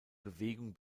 bewegung